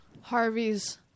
Harvey's